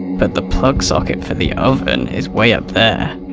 but the plug socket for the oven is way up there.